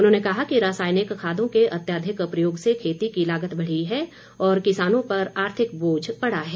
उन्होंने कहा कि रसायनिक खादों के अत्याधिक प्रयोग से खेती की लागत बढ़ी है और किसानों पर आर्थिक बोझ पड़ा है